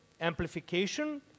amplification